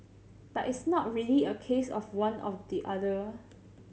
but it's not really a case of one of the other